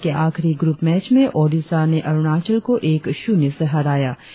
प्रल ए के आखिरी ग्रूप मैच में ओडिशा ने अरुणाचल को एक शून्य से हराया